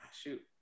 shoot